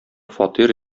фатир